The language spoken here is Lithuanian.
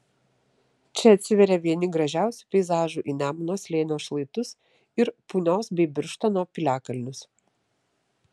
čia atsiveria vieni gražiausių peizažų į nemuno slėnio šlaitus ir punios bei birštono piliakalnius